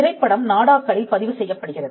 திரைப்படம் நாடாக்களில் பதிவு செய்யப்படுகிறது